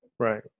Right